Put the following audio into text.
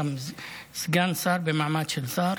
שהיה סגן שר במעמד של שר,